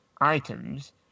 items